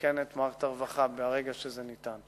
תעדכן את מערכת הרווחה ברגע שזה ניתן.